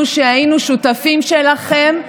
את זוכרת מי הצביע נגד התקציב?